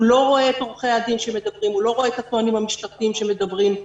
הוא לא רואה את עורכי הדין שמדברים ואת הטוענים המשפטיים שמדברים.